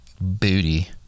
booty